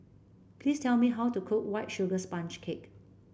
please tell me how to cook White Sugar Sponge Cake